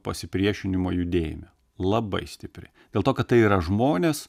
pasipriešinimo judėjime labai stipri dėl to kad tai yra žmonės